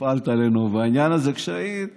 שהפעלת עלינו בעניין הזה, כשהיית